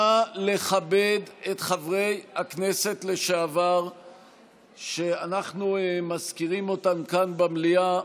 נא לכבד את חברי הכנסת לשעבר כשאנחנו מזכירים אותם כאן במליאה.